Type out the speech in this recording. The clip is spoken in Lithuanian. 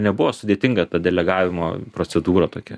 nebuvo sudėtinga ta delegavimo procedūra tokia